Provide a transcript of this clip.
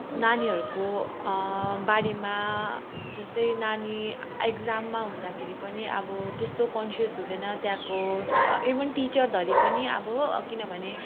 नानीहरूको बारेमा जस्तै नानी इक्जाममा हुँदाखेरि पनि अब त्यस्तो कन्सियस हुँदैन त्यहाँको इभन टिचर धरी पनि अब किनभने